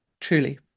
truly